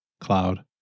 Cloud